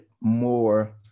more